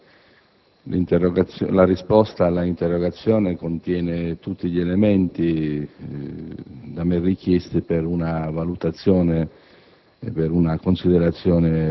Grazie